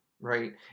right